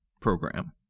program